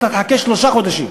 אתה תחכה שלושה חודשים,